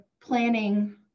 planning